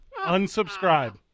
unsubscribe